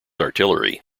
artillery